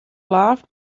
laughed